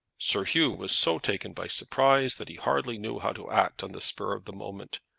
sir hugh was so taken by surprise that he hardly knew how to act on the spur of the moment.